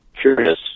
curious